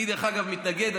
אני, דרך אגב, מתנגד.